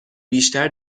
بیشتر